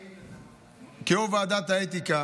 כיו"ר ועדת האתיקה